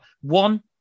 one